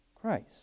Christ